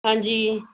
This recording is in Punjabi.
ਹਾਂਜੀ